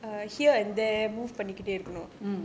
mm